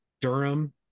durham